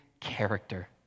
character